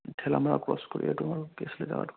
Thelamara cross কৰিয়েটো কি আছিলে জাগাটো